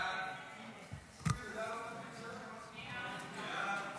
חוק לתיקון פקודת בתי הסוהר (מס' 68),